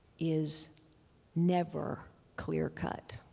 is never clear cut.